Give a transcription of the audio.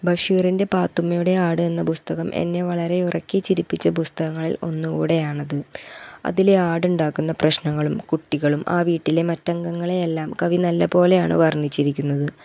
ബഷീറിൻ്റെ പാത്തുമ്മയുടെ ആട് എന്ന പുസ്തകം എന്നെ വളരെ ഉറക്കെ ചിരിപ്പിച്ച പുസ്തകങ്ങളിൽ ഒന്ന് കൂടെയാണത് അതിലെ ആട് ഉണ്ടാക്കുന്ന പ്രശ്നങ്ങളും കുട്ടികളും ആ വീട്ടിലെ മറ്റ് അംഗങ്ങളെയെല്ലാം കവി നല്ല പോലെയാണ് വർണ്ണിച്ചിരിക്കുന്നത്